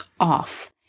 off